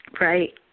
Right